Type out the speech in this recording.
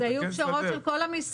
אלה היו פשרות של כל המשרדים.